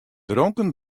dronken